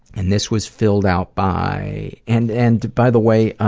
and this was filled out by and, and by the way,